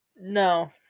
No